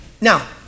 Now